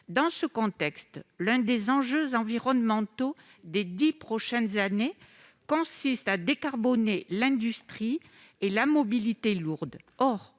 Dans ce contexte, l'un des enjeux environnementaux des dix prochaines années est de décarboner l'industrie et la mobilité lourde.